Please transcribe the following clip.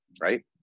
right